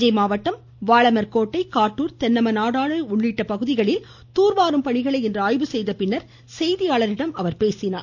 தஞ்சை மாவட்டம் வாளமர் கோட்டை காட்டூர் தென்னமநாடு உள்ளிட்ட பகுதிகளில் துார்வாரும் பணிகளை இன்று செய்தியாளர்களிடம் அவர் பேசினார்